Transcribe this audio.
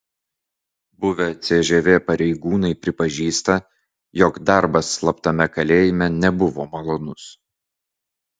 buvę cžv pareigūnai pripažįsta jog darbas slaptame kalėjime nebuvo malonus